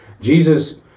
Jesus